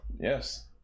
Yes